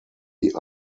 die